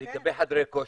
לגבי חדרי כושר,